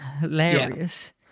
hilarious